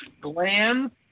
glands